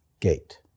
gate